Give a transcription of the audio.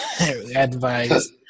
advice